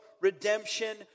redemption